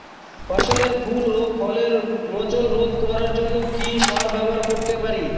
ফসলের ফুল ও ফলের মোচন রোধ করার জন্য কি সার ব্যবহার করতে পারি?